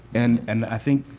and and i think